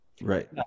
Right